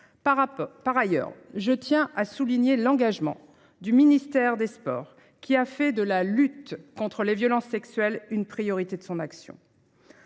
par ailleurs, je tiens à souligner l'engagement du ministère des sports qui a fait de la lutte contre les violences sexuelles, une priorité de son action.